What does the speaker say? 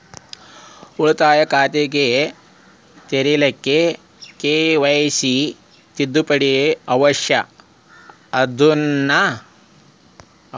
ಉಳಿತಾಯ ಖಾತೆ ತೆರಿಲಿಕ್ಕೆ ಕೆ.ವೈ.ಸಿ ತಿದ್ದುಪಡಿ ಅವಶ್ಯ ಅದನಾ?